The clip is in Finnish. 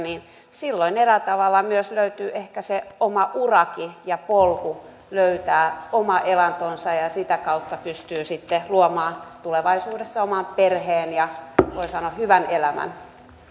ja silloin eräällä tavalla myös löytyy ehkä se oma urakin ja polku löytää oma elantonsa ja ja sitä kautta pystyy sitten luomaan tulevaisuudessa oman perheen ja voi sanoa hyvän elämän